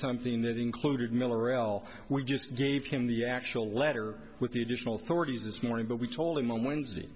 something that included miller well we just gave him the actual letter with the additional thirty this morning but we told him on wednesday